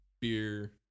beer